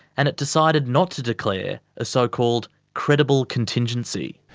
and it decided not to declare a so-called credible contingency.